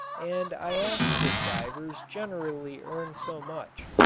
and i asked if divers generally earn so much.